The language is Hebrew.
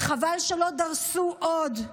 חבל שלא דרסו עוד,